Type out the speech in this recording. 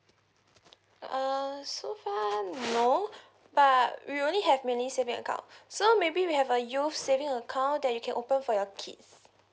err so far no but we only have mainly saving account so maybe we have a youth saving account that you can open for your kids